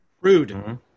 Rude